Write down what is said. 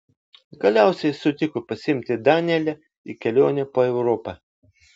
galiausiai jis sutiko pasiimti danielę į kelionę po europą